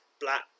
black